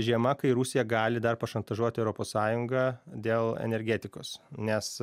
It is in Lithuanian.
žiema kai rusija gali dar pašantažuoti europos sąjungą dėl energetikos nes